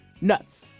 nuts